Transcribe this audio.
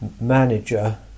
manager